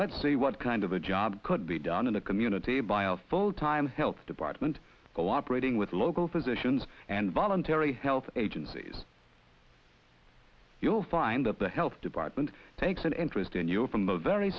let's see what kind of a job could be done in a community by a full time health department cooperating with local physicians and voluntary health agencies you will find that the health department takes an interest in your from the very